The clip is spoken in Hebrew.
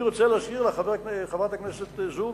אני רוצה להזכיר לך, חברת הכנסת זועבי,